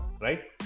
right